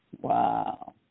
Wow